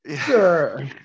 Sure